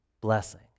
Blessing